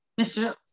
mr